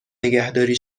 نگهداری